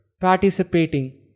Participating